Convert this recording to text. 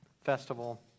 festival